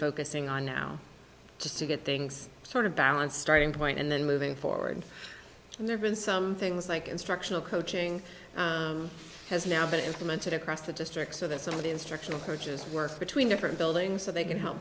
focusing on now just to get things sort of balance starting point and then moving forward and there's been some things like instructional coaching has now been implemented across the district so that some of the instructional coaches work between different buildings so they can help